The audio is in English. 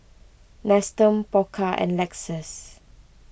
Nestum Pokka and Lexus